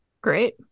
great